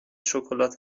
شکلات